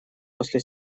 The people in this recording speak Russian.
после